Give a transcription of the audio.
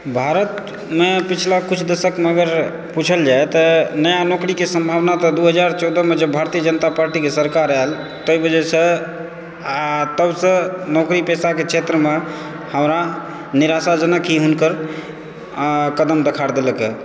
भारतमे पिछला किछु दशकमे अगर पूछल जाय तऽ नया नौकरीके सम्भावना तऽ दू हजार चौदह मे जब भारतीय जनता पार्टीके सरकार आएल ताहि वजहसँ आ तब सऽ नौकरी पेशाके क्षेत्रमे हमरा निराशाजनक ई हुनकर आ कदम देखार देलक यऽ